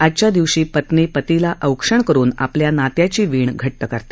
आजच्या दिवशी पत्नी पतीला औक्षण करुन आपल्या नात्याची वीण घट्ट करते